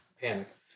panic